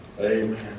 Amen